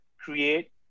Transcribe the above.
create